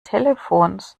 telefons